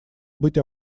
быть